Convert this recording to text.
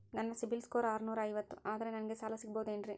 ನನ್ನ ಸಿಬಿಲ್ ಸ್ಕೋರ್ ಆರನೂರ ಐವತ್ತು ಅದರೇ ನನಗೆ ಸಾಲ ಸಿಗಬಹುದೇನ್ರಿ?